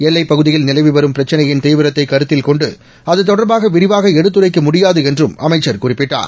எல்லைப் பகுதியில் நிலவி வரும் பிரச்சினையின் தீவிரத்தை கருத்தில் கொண்டு அது தொடர்பாக விரிவாக எடுத்துரைக்க முடியாது என்றும் அமைச்சர் குறிப்பிட்டார்